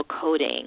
coding